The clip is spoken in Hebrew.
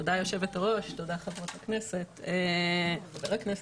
תודה יושבת הראש, תודה חברות הכנסת, חברי הכנסת.